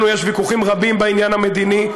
לנו יש ויכוחים רבים בעניין המדיני,